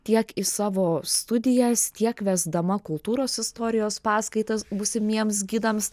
tiek į savo studijas tiek vesdama kultūros istorijos paskaitas būsimiems gidams